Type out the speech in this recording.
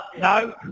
No